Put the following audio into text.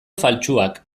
faltsuak